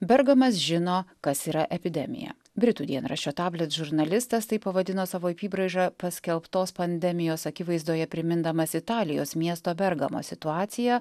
bergamas žino kas yra epidemija britų dienraščio tablet žurnalistas taip pavadino savo apybraižą paskelbtos pandemijos akivaizdoje primindamas italijos miesto bergamo situaciją